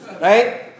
right